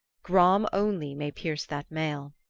gram only may pierce that mail.